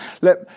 Let